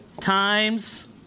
times